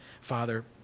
Father